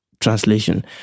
translation